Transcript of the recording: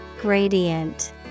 Gradient